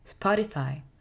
Spotify